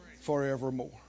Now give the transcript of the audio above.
forevermore